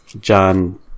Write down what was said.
John